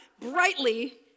brightly